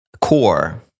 core